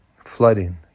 flooding